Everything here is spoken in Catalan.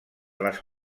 les